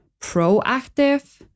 proactive